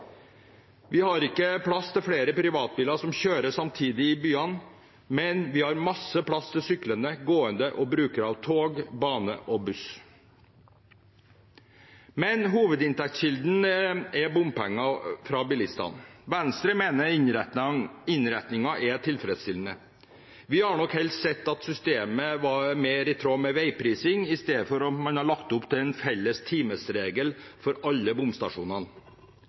Vi har ikke plass til flere privatbiler som kjører samtidig i byene, men vi har masse plass til syklende, gående og brukere av tog, bane og buss. Hovedinntektskilden er bompenger fra bilistene. Venstre mener innretningen er tilfredsstillende. Vi hadde nok helst sett at systemet var mer i tråd med veiprising i stedet for at man har lagt opp til en felles timesregel for alle bomstasjonene.